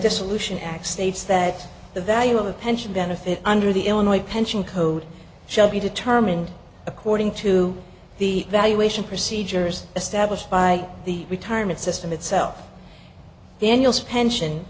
dissolution act states that the value of the pension benefit under the illinois pension code shall be determined according to the valuation procedures established by the retirement system itself daniel's pension